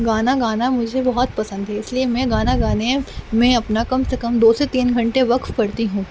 گانا گانا مجھے بہت پسند ہے اس لیے میں گانا گانے میں اپنا کم سے کم دو سے تین گھنٹے وقف کرتی ہوں